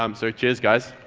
um so cheers guys.